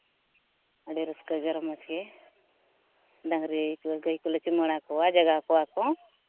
ᱟᱹᱰᱤ ᱨᱟᱹᱥᱠᱟᱹ ᱜᱮ ᱨᱚᱢᱚᱡᱽ ᱜᱮ ᱰᱟᱹᱝᱨᱤ ᱠᱚ ᱜᱟᱹᱭ ᱠᱚᱞᱮ ᱪᱩᱢᱟᱹᱲᱟ ᱠᱚᱣᱟ ᱡᱟᱜᱟᱣ ᱠᱚᱣᱟ ᱠᱚ